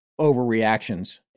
overreactions